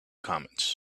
comments